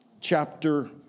chapter